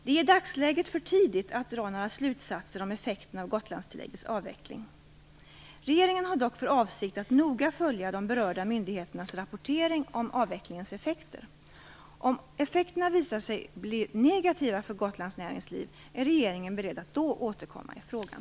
Det är i dagsläget för tidigt att dra några slutsatser om effekterna av Gotlandstilläggets avveckling. Regeringen har dock för avsikt att noga följa de berörda myndigheternas rapportering om avvecklingens effekter. Om effekterna visar sig bli negativa för Gotlands näringsliv är regeringen beredd att då återkomma i frågan.